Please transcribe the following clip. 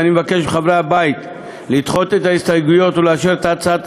ואני מבקש מחברי הבית לדחות את ההסתייגויות ולאשר את הצעת